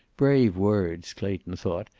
brave words, clayton thought,